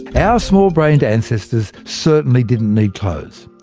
our small-brained ancestors certainly didn't need clothes.